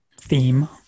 theme